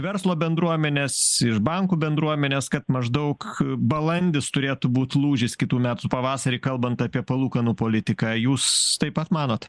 verslo bendruomenės iš bankų bendruomenės kad maždaug balandis turėtų būt lūžis kitų metų pavasarį kalbant apie palūkanų politiką jūs taip pat manot